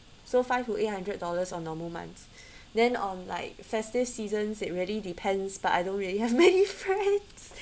so five to eight hundred dollars on normal month then on like festive seasons it really depends but I don't really have many friends